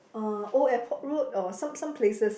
uh Old Airport Road or some some places